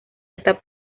etapa